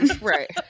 Right